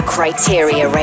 Criteria